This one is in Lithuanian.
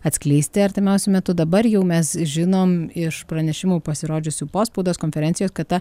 atskleisti artimiausiu metu dabar jau mes žinom iš pranešimų pasirodžiusių po spaudos konferencijos kad ta